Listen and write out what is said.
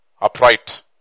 upright